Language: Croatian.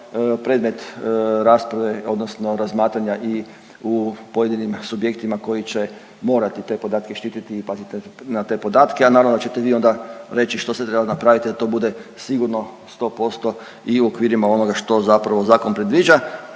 predmet rasprave odnosno razmatranja u pojedinim subjektima koji će morati te podatke štititi i paziti na te podatke, a naravno da ćete vi onda reći što sad treba napravit da to bude sigurno 100% i u okvirima onoga što zapravo zakon predviđa,